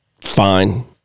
Fine